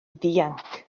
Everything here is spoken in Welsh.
ddianc